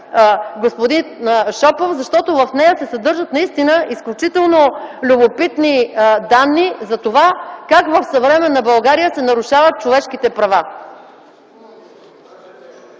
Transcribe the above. господин Шопов, защото в нея се съдържат наистина изключително любопитни данни за това как в съвременна България се нарушават човешките права.